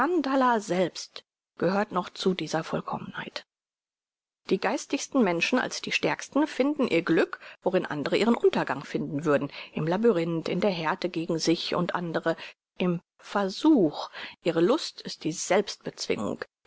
selbst gehört noch zu dieser vollkommenheit die geistigsten menschen als die stärksten finden ihr glück worin andre ihren untergang finden würden im labyrinth in der härte gegen sich und andre im versuch ihre lust ist die